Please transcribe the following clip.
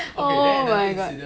oh my god